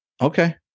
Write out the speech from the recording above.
Okay